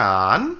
on